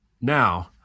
Now